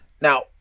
Now